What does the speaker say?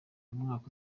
umwaka